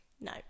No